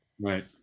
right